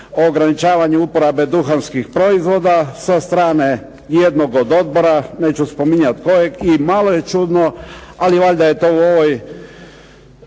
ograničavanju uporabe duhanskih proizvodima, sa strane jednog odbora, neću spominjati kojeg i malo je čudno, ali valjda je tu u ovoj